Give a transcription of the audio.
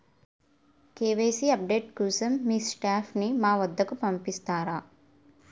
KYC update కోసం మీ staff ని మా వద్దకు పంపిస్తారా?